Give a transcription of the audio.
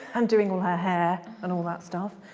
and doing all her hair and all that stuff.